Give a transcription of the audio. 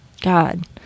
God